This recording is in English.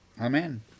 Amen